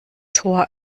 tor